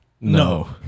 No